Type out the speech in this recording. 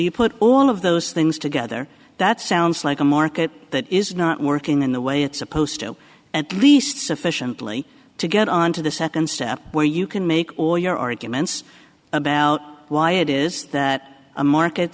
you put all of those things together that sounds like a market that is not working in the way it's supposed to at least sufficiently to get on to the second step where you can make all your arguments about why it is that a market